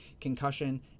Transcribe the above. Concussion